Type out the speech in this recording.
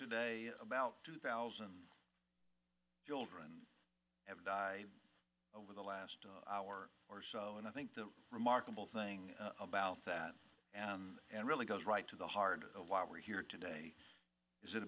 today about two thousand children have died over the last hour or so and i think the remarkable thing about that and really goes right to the heart of why we're here today is